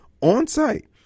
on-site